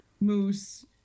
moose